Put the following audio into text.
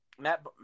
Matt –